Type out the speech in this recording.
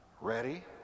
Ready